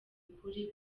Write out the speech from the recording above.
ukuri